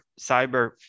cyber